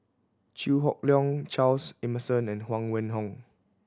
Chew Hock Leong Charles Emmerson and Huang Wenhong